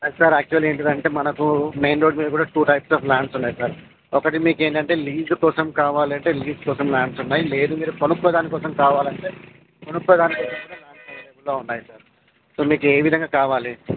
sir యాక్చువల్గా ఏంటిదంటే మనకు మెయిన్ రోడ్డు మీద కూడా టూ టైప్స్ ల్యాండ్స్ ఉన్నాయి సార్ ఒకటి మీకు ఏందంటే లీజు కోసం కావాలంటే లీజు కోసం ల్యాండ్స్ ఉన్నాయి లేదు కొనుక్కోడాని కోసం కావాలంటే కొనుక్కోడానికైతే కూడా ల్యాండ్స్ అవైలబుల్గా ఉన్నాయి సార్ మీకు ఏ విధంగా కావాలి